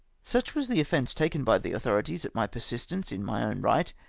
such was the offence taken by the authorities at my persistence in my own right,